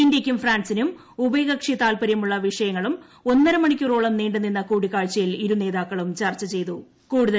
ഇന്ത്യയ്ക്കും ഫ്രാൻസിനും ഉഭയകക്ഷി താൽപ്പര്യമുള്ള വിഷയങ്ങളും ഒന്നരമണിക്കൂറോളം നീണ്ടുനിന്ന കൂടിക്കാഴ്ചയിൽ ഇരുനേതാക്കളും ചർച്ച ചെയ്തത്